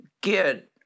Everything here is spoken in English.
get